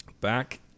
Back